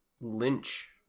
Lynch